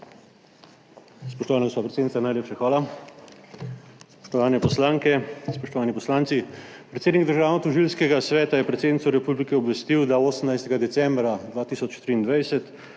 Spoštovana gospa predsednica, najlepša hvala. Spoštovane poslanke, spoštovani poslanci! Predsednik Državnotožilskega sveta je predsednico republike obvestil, da 18. decembra 2023